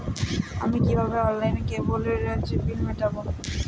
আমি কিভাবে অনলাইনে কেবলের বিল মেটাবো?